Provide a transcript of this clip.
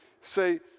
say